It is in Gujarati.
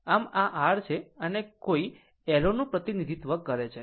આમ આ r છે અને આ કોઈ એરોનું પ્રતિનિધિત્વ કરે છે